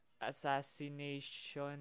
Assassination